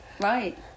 Right